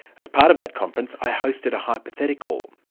as part of that conference i hosted a hypothetical.